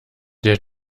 der